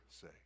say